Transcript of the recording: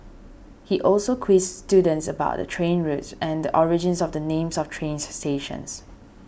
he also quizzed students about the train routes and origins of the names of train stations